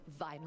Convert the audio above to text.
Vinyl